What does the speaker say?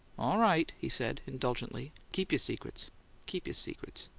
all right, he said, indulgently. keep your secrets keep your secrets.